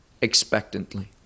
expectantly